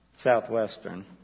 Southwestern